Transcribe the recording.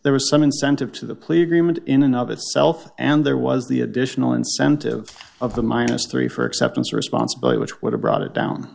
there was some incentive to the plea agreement in and of itself and there was the additional incentive of the minus three for acceptance of responsibility which would have brought it down